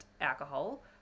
alcohol